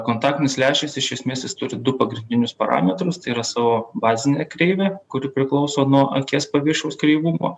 kontaktinis lęšis iš esmės jis turi du pagrindinius parametrus tai yra savo bazinę kreivę kuri priklauso nuo akies paviršiaus kreivumo